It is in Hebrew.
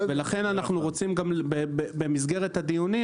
ולכן אנחנו גם רוצים במסגרת הדיונים